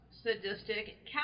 sadistic